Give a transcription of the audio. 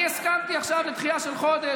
אני הסכמתי עכשיו לדחייה של חודש,